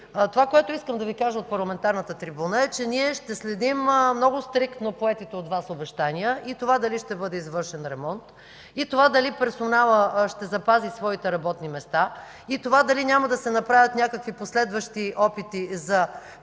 Това, което искам да Ви кажа от парламентарната трибуна, е, че ние ще следим много стриктно поетите от Вас обещания и това дали ще бъде извършен ремонт и това дали персоналът ще запази своите работни места, и това дали няма да се направят някакви последващи опити за приватизация,